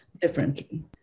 differently